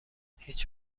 هیچ